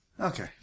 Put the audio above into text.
Okay